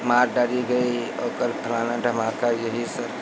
मार डाली गई और कल फ़लाना ढमाका यही सर